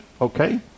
Okay